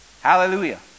Hallelujah